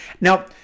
Now